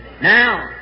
Now